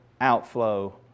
outflow